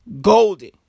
Golden